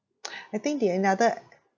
I think the another